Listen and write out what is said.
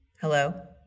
Hello